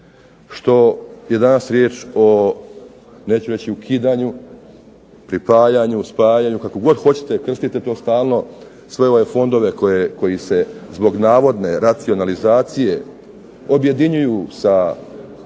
što je danas riječ o neću reći ukidanju, pripajanju, spajanju kako god hoćete, krstite to stalno, sve ove fondove koji se zbog navodne racionalizacije objedinjuju sa